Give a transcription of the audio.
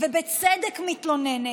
ובצדק מתלוננת,